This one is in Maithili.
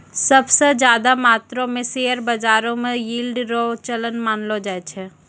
सब स ज्यादा मात्रो म शेयर बाजारो म यील्ड रो चलन मानलो जाय छै